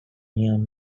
neon